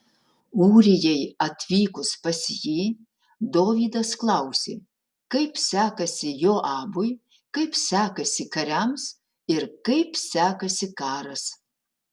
ūrijai atvykus pas jį dovydas klausė kaip sekasi joabui kaip sekasi kariams ir kaip sekasi karas